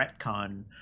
retcon